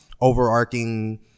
overarching